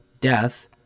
death